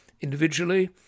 individually